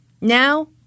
Now